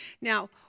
Now